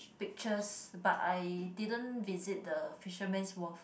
pictures but I didn't visit the Fisherman's Wharf